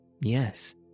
Yes